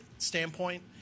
standpoint